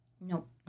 nope